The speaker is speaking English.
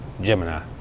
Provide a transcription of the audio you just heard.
Gemini